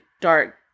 dark